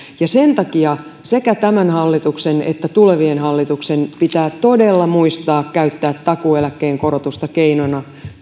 sen takia sekä tämän hallituksen että tulevien hallitusten pitää todella muistaa käyttää takuueläkkeen korotusta keinona